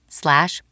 slash